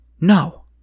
no